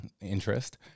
interest